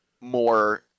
more